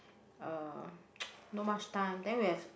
uh not much time then we have